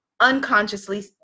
unconsciously